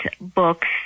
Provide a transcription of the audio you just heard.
books